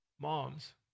Moms